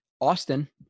Austin